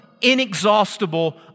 inexhaustible